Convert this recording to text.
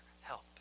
help